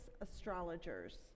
astrologers